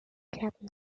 kehrten